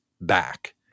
back